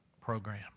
program